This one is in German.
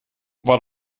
war